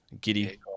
Giddy